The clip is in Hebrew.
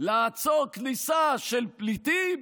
כדי לעצור כניסה של פליטים